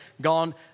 gone